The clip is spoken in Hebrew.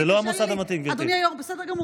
תיתן לי, זה לא המוסד המתאים, גברתי.